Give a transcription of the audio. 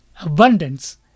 abundance